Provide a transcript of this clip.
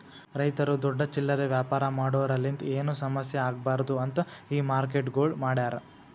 ರೈತುರು ದೊಡ್ಡ ಚಿಲ್ಲರೆ ವ್ಯಾಪಾರ ಮಾಡೋರಲಿಂತ್ ಏನು ಸಮಸ್ಯ ಆಗ್ಬಾರ್ದು ಅಂತ್ ಈ ಮಾರ್ಕೆಟ್ಗೊಳ್ ಮಾಡ್ಯಾರ್